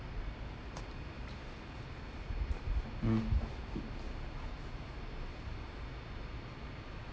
mm